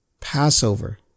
Passover